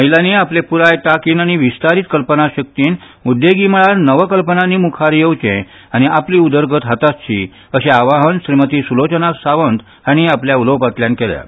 महिलांनी आपले पुराय तांकीन अनी विस्तारीत कल्पनाशक्तीन उद्देग मळार नव कल्पनांनी मुखार येवचें आनी आपली उदरगत हातासची अशें आवाहन श्रीमती सुलोचना सावंत हांणी आपल्या उलोवपांतल्यान केलां